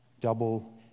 Double